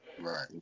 Right